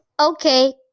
Okay